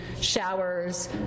showers